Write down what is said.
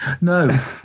no